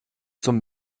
zum